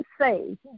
say